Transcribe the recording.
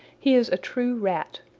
he is a true rat.